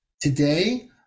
today